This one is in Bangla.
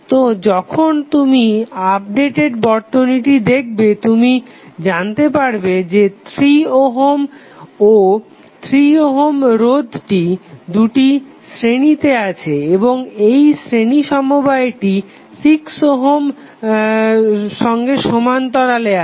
তো যখন তুমি আপডেটেড বর্তনীটি দেখবে তুমি জানতে পারবে যে 3 ওহম ও 3 ওহম রোধ দুটি শ্রেণিতে আছে এবং এই শ্রেণী সমবায়টি 6 ওহমের সঙ্গে সমান্তরালে আছে